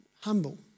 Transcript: humble